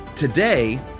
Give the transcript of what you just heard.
Today